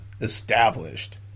established